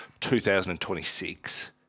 2026